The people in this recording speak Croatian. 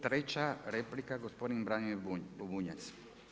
Treća replika, gospodin Branimir Bunjac.